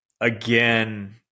again